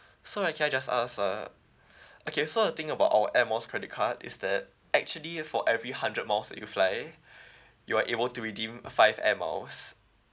so I can I just ask uh okay so the thing about our air miles credit card is that actually for every hundred miles that you fly you are able to redeem five air miles